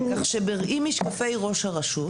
כך שבראי משקפיי ראש הרשות,